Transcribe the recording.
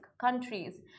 countries